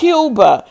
Cuba